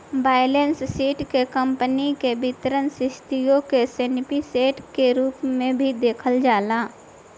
balance sheet से company के वित्तीय स्थिति के स्नैप शोर्ट के रूप में भी देखल जाला